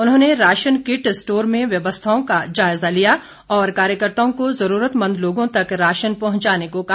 उन्होंने ration kit store में व्यवस्थाओं का जायज़ा लिया और कार्यकर्ताओं को ज़रूरतमंद लोगों तक राशन पहुंचाने को कहा